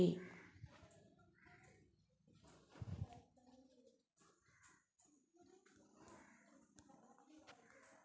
ಸಜ್ಜೆಯು ಮಿಲಿಟ್ನ ಅತ್ಯಂತ ವ್ಯಾಪಕವಾಗಿ ಬೆಳೆಯಲಾದ ಪ್ರಕಾರ ಸಜ್ಜೆಯು ಪ್ರಮುಖ ಕಿರುಧಾನ್ಯಗಳಲ್ಲಿ ಒಂದಾಗಯ್ತೆ